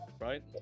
right